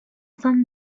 son